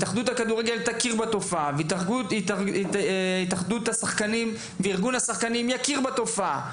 וגם ההתאחדות לכדורגל וארגון השחקנים יכירו בתופעה,